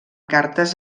cartes